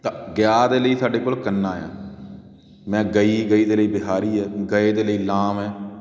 ਤਾਂ ਗਿਆ ਦੇ ਲਈ ਸਾਡੇ ਕੋਲ ਕੰਨਾ ਆ ਮੈਂ ਗਈ ਗਈ ਦੇ ਲਈ ਬਿਹਾਰੀ ਹੈ ਗਏ ਦੇ ਲਈ ਲਾਂਵ ਹੈ